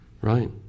right